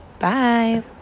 Bye